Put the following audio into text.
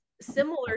similar